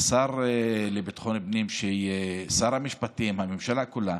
השר לביטחון הפנים, שר המשפטים, הממשלה כולה,